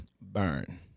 burn